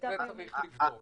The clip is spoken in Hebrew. את זה צריך לבדוק.